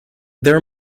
their